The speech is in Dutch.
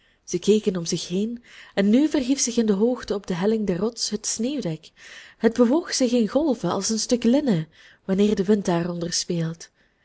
zij keken om zich heen en nu verhief zich in de hoogte op de helling der rots het sneeuwdek het bewoog zich in golven als een stuk linnen wanneer de wind daaronder speelt